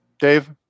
Dave